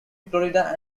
florida